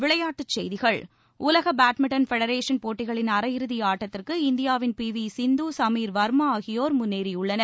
விளையாட்டுச் செய்திகள் உலக பேட்மிண்டன் பெடரேஷன் போட்டிகளின் அரையிறுதி ஆட்டத்திற்கு இந்தியாவின் பி வி சிந்து சுமீர் வர்மா ஆகியோர் முன்னேறியுள்ளனர்